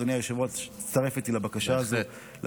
אדוני היושב-ראש, תצטרף אליי לבקשה הזאת, בהחלט.